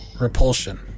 Repulsion